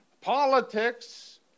Politics